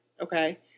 Okay